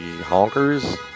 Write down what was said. honkers